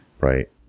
Right